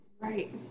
Right